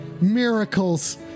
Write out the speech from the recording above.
miracles